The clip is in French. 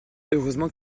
heureusement